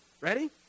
Ready